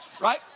right